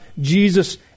Jesus